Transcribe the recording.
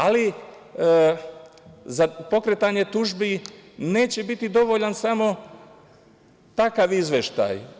Ali, za pokretanje tužbi neće biti dovoljan samo takav izveštaj.